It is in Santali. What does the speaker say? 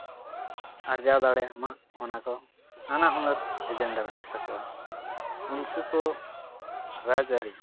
ᱟᱨᱡᱟᱣ ᱫᱟᱲᱮᱭᱟᱜᱼᱢᱟ ᱚᱱᱟ ᱠᱚ ᱱᱟᱱᱟ ᱦᱩᱱᱟᱹᱨ ᱮᱡᱮᱱᱰᱟ ᱢᱮᱱᱟᱜ ᱛᱟᱠᱚᱣᱟ ᱩᱱᱠᱩ ᱠᱚ ᱨᱟᱡᱽᱼᱟᱹᱨᱤ